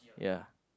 ya